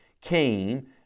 came